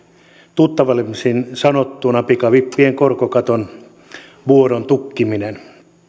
tuttavallisesti sanottuna pikavippien korkokaton vuodon tukkiminen kun